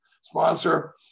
sponsor